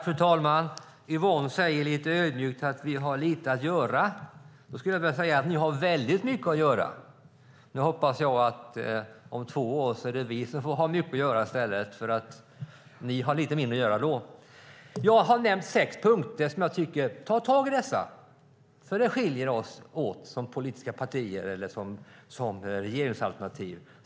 Fru talman! Yvonne säger ödmjukt att ni har lite att göra. Jag skulle vilja säga att ni har väldigt mycket att göra. Nu hoppas jag att det är vi som har mycket att göra om två år och att ni har lite mindre att göra. Jag har nämnt sex punkter: Ta tag i dessa! Där skiljer vi oss åt som politiska partier eller som regeringsalternativ.